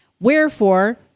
Wherefore